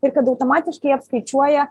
ir kad automatiškai apskaičiuoja